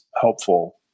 helpful